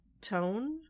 tone